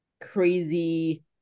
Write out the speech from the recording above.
crazy